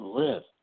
live